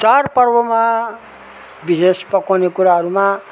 चाडपर्वमा विशेष पकाउने कुराहरूमा